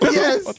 yes